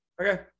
Okay